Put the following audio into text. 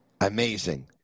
Amazing